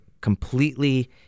completely